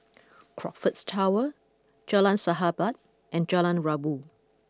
Crockfords Tower Jalan Sahabat and Jalan Rabu